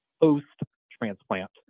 post-transplant